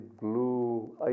blue